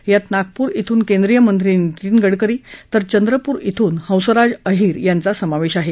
यात नागपूर ध्रून केंद्रीय मंत्री नितीन गडकरी तर चंद्रपूर ब्रून हसराज अहिर यांचा समावेश आहे